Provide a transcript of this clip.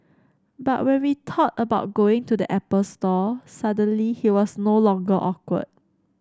but when we thought about going to the Apple Store suddenly he was no longer awkward